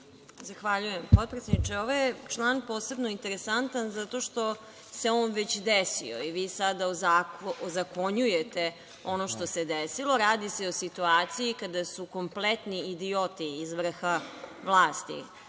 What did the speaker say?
Zahvaljujem potpredsedniče. Ovaj je član posebno interesantan zato što se on već desio i sada ozakonjujete ono što se desilo. Radi se o situaciji, kada su kompletni idioti iz vrha vlasti